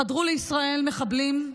חדרו לישראל מחבלים,